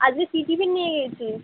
আজগে কী টিফিন নিয়ে গেছিস